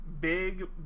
big